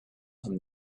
him